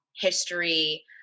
history